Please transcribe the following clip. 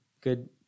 good